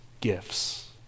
gifts